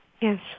Yes